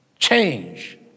Change